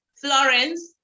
Florence